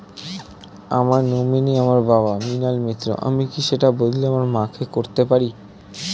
আমার নমিনি আমার বাবা, মৃণাল মিত্র, আমি কি সেটা বদলে আমার মা কে করতে পারি?